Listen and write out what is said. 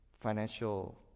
financial